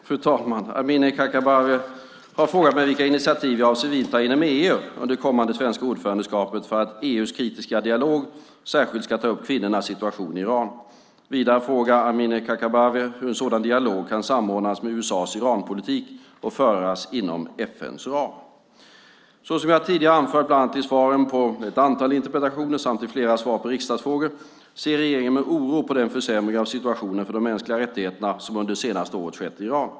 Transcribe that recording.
Fru talman! Amineh Kakabaveh har frågat mig vilka initiativ jag avser att vidta inom EU under det kommande svenska ordförandeskapet för att EU:s kritiska dialog särskilt ska ta upp kvinnors situation i Iran. Vidare frågar Amineh Kakabaveh hur en sådan dialog kan samordnas med USA:s Iranpolitik och föras inom FN:s ram. Såsom jag tidigare har anfört, bland annat i svaren på ett antal interpellationer samt i flera svar på skriftliga frågor, ser regeringen med oro på den försämring av situationen för de mänskliga rättigheterna som under det senaste året skett i Iran.